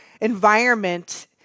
environment